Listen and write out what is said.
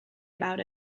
about